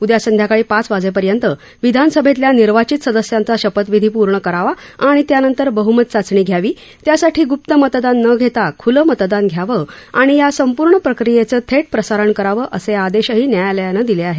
उदया संध्याकाळी पाच वाजेपर्यंत विधानसभेतल्या निर्वाचित सदस्यांचा शपथविधी पूर्ण करावा आणि त्यानंतर बहमत चाचणी घ्यावी त्यासाठी गृप्त मतदान न घेता खुलं मतदान घ्यावं आणि या संपूर्ण प्रक्रियेचं थेट प्रसारण करावं असे आदेशही न्यायालयानं दिले आहेत